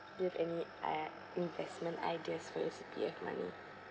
do you have any uh investment ideas for your C_P_F money